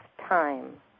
time